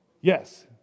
Yes